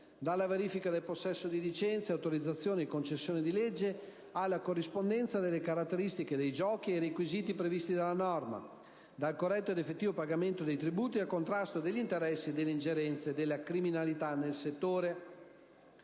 dalla verifica del possesso di licenze, autorizzazioni e concessioni di legge alla corrispondenza delle caratteristiche dei giochi ai requisiti previsti dalla norma, dal corretto ed effettivo pagamento dei tributi al contrasto degli interessi e delle ingerenze della criminalità nel settore.